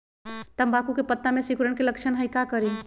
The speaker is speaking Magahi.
तम्बाकू के पत्ता में सिकुड़न के लक्षण हई का करी?